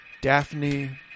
Daphne